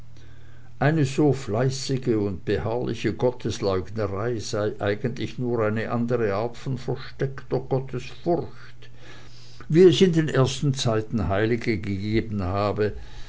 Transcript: eine so fleißige und beharrliche gottesleugnerei sei eigentlich nur eine andere art von versteckter gottesfurcht wie es in den ersten zeiten heilige gegeben habe